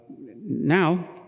Now